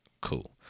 Cool